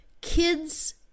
Kids